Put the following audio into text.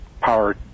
power